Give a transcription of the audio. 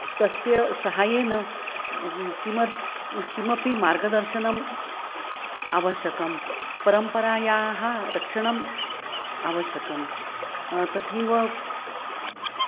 तस्य सहायेन किमर् किमपि मार्गदर्शनम् आवश्यकं परम्परायाः रक्षणम् आवश्यकं तथैव